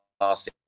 last